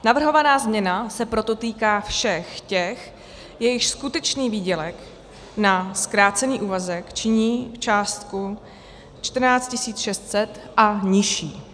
Navrhovaná změna se proto týká všech těch, jejichž skutečný výdělek na zkrácený úvazek činí částku 14 600 a nižší.